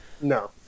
No